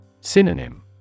Synonym